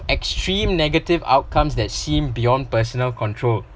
extreme negative outcomes that seem beyond personal control